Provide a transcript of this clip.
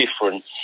difference